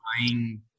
buying